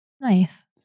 Nice